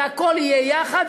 והכול יהיה יחד,